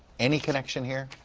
any connection here?